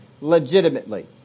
legitimately